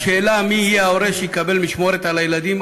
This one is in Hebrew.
השאלה מי יהיה ההורה שיקבל משמורת על הילדים